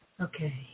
Okay